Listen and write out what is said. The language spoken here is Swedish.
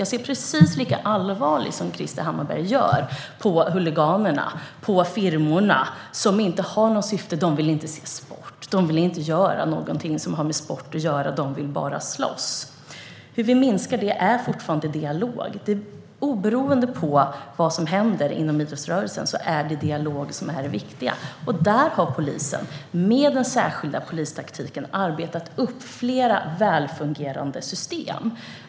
Jag ser lika allvarligt som Krister Hammarbergh på huliganerna och firmorna, som inte har något syfte. De vill inte se sport eller göra något som har med sport att göra, utan de vill bara slåss. Det är fortfarande genom dialog som vi minskar detta. Oavsett vad som händer inom idrottsrörelsen är det dialog som är det viktiga, och där har polisen genom den särskilda polistaktiken arbetat upp flera välfungerande system.